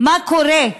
מה קורה: